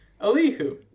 alihu